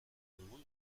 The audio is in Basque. dugun